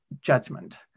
judgment